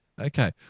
Okay